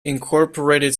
incorporated